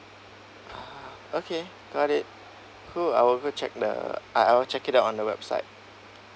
ah okay got it cool I'll go check the I I'll check it out on the website